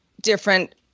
different